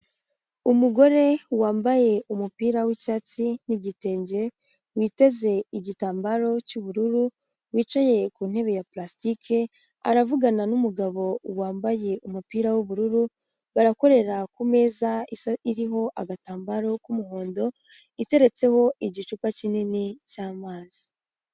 Umugore wambaye umupira w'icyatsi n'igitenge, witeze igitambaro cy'ubururu, wicaye ku ntebe ya pulastike, aravugana n'umugabo wambaye umupira w'ubururu, barakorera kumeza iriho agatambaro k'umuhondo, iteretseho igicupa kinini cy'amazi.